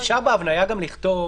אפשר בהבניה לכתוב,